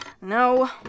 No